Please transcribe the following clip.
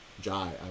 Jai